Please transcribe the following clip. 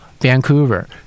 Vancouver